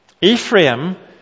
Ephraim